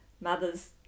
mother's